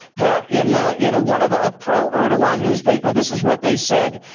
pat, in in one of a pro erdogan newspaper, this is what they said,